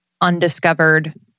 undiscovered